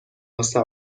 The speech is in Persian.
واسه